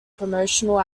promotional